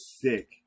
sick